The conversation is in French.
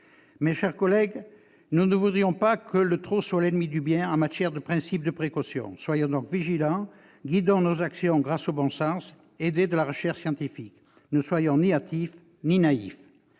Mes chers collègues, nous ne voudrions pas que le trop soit l'ennemi du bien en matière de principe de précaution. Soyons donc vigilants, guidons notre action grâce au bon sens, en nous aidant des travaux menés par la recherche. Ne soyons ni hâtifs ni naïfs.